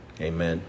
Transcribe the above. Amen